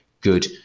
good